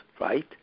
right